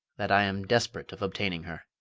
that i am desperate of obtaining her.